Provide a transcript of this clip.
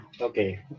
Okay